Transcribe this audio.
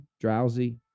drowsy